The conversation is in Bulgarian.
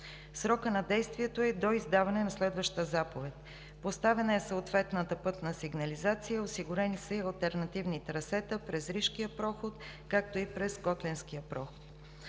Срокът на действието е до издаване на следваща заповед. Поставена е съответната пътна сигнализация, осигурени са и алтернативни трасета през Ришкия проход, както и през Котленския проход.